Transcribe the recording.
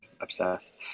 obsessed